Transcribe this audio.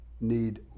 need